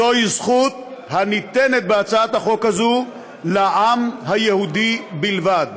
זוהי זכות הניתנת בהצעת החוק הזאת לעם היהודי בלבד.